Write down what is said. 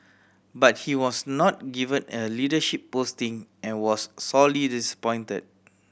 but he was not given a leadership posting and was sorely disappointed